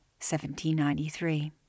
1793